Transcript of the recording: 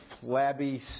flabby